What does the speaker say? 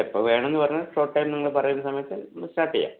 എപ്പോൾ വേണമെന്ന് പറഞ്ഞാൽ ഷോട്ട് ടൈം നിങ്ങൾ പറയുന്ന സമയത്ത് നമുക്ക് സ്റ്റാർട്ട് ചെയ്യാം